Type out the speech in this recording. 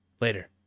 Later